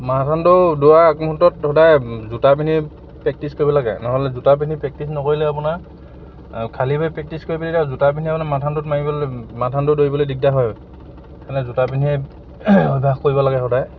marathon দৌৰ দৌৰা আগমুহূৰ্তত সদায় জোতা পিন্ধি প্ৰেক্টিচ কৰিব লাগে নহ'লে জোতা পিন্ধি প্ৰেক্টিচ নকৰিলে আপোনাৰ খালী ভৰি প্ৰেক্টিচ কৰি জোতা পিন্ধি মাৰাথন দৌৰ মাৰিবলৈ মাৰাথন দৌৰ দৰিবলৈ দিগদাৰ হয় সেইকাৰণে জোতা পিন্ধিয়ে অভ্যাস কৰিব লাগে সদায়